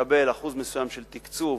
לקבל אחוז מסוים של תקצוב